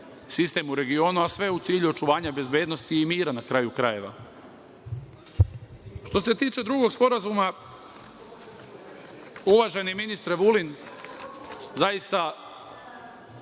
sistem u regionu, a sve u cilju očuvanja bezbednosti i mira, na kraju krajeva. Što se tiče drugog sporazuma, uvaženi ministre Vulin, jedna